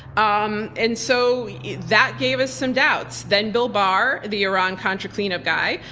um and so that gave us some doubts. then bill barr, the iran-contra cleanup guy,